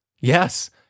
Yes